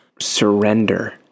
surrender